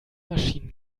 maschinen